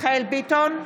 מיכאל מרדכי ביטון,